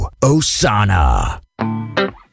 Osana